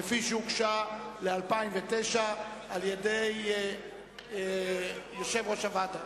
כפי שהוגשה ל-2009 על-ידי יושב-ראש הוועדה.